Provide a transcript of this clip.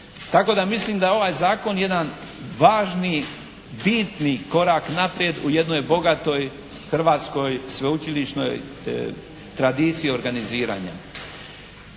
Tako da mislim da je ovaj zakon jedan važni bitni korak naprijed u jednoj bogatoj hrvatskoj sveučilišnoj tradiciji organiziranja.